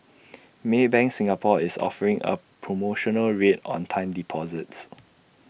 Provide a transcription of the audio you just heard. maybank Singapore is offering A promotional rate on time deposits